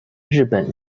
日本